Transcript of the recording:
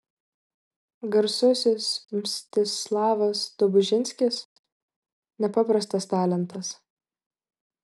garsusis mstislavas dobužinskis nepaprastas talentas